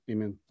Amen